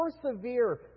persevere